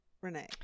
Renee